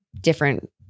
different